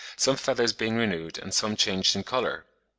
some feathers being renewed, and some changed in colour.